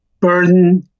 burden